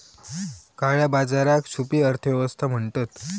काळया बाजाराक छुपी अर्थ व्यवस्था म्हणतत